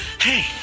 hey